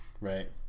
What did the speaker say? right